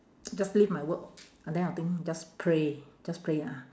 just leave my work and then I think just pray just pray ah